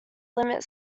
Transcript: limit